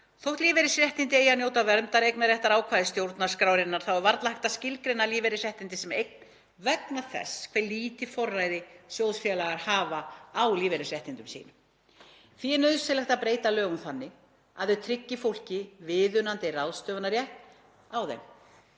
Þótt lífeyrisréttindi eigi að njóta verndar eignarréttarákvæðis stjórnarskrárinnar er varla hægt að skilgreina lífeyrisréttindi sem eign vegna þess hve lítið forræði sjóðfélagar hafa á lífeyrisréttindum sínum. Því er nauðsynlegt að breyta lögum þannig að þau tryggi fólki viðunandi ráðstöfunarrétt á